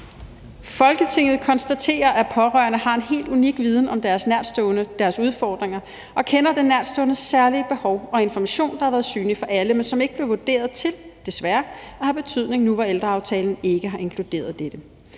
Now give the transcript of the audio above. »Folketinget konstaterer, at pårørende har en helt unik viden om deres nærtstående og deres udfordringer og kender den nærtståendes særlige behov – en information, der har været synlig for alle, men som ikke blev vurderet til at have betydning, nu hvor ældreaftalen ikke har inkluderet dette.